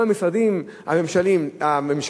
גם המשרדים הממשלתיים